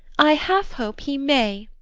i half hope he may.